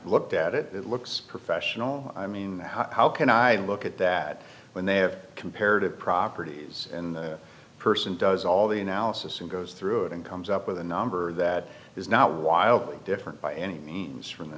looked at it it looks professional i mean how can i look at that when they have comparative properties and the person does all the analysis and goes through it and comes up with a number that is not wildly different by any means from the